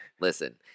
Listen